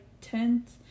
tents